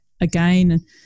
again